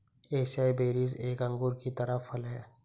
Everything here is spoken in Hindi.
एसाई बेरीज एक अंगूर की तरह फल हैं